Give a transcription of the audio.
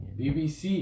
bbc